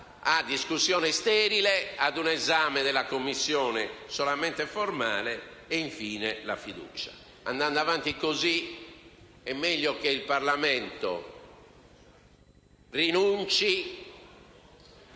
a discussione sterile, ad un esame della Commissione solamente formale ed, infine, viene posta la fiducia. Andando avanti così, è meglio che il Parlamento rinunci